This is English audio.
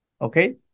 okay